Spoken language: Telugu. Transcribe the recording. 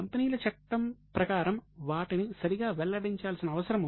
కంపెనీల చట్టం ప్రకారం వాటిని సరిగా వెల్లడించాల్సిన అవసరం ఉంది